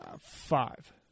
Five